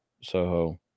Soho